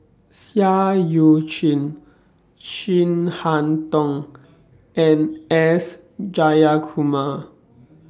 Seah EU Chin Chin Harn Tong and S Jayakumar